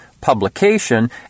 publication